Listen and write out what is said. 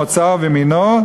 מוצאו ומינו",